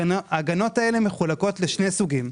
ההגנות האלה מחולקות לשני סוגים: